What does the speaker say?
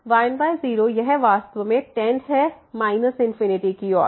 तो 10 यह वास्तव में टेंड tend है ∞ की ओर